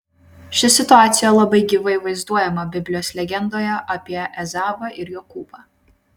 ši situacija labai gyvai vaizduojama biblijos legendoje apie ezavą ir jokūbą